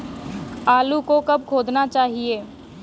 आलू को कब खोदना चाहिए?